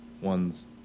one's